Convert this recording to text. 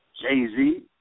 Jay-Z